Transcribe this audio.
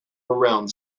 around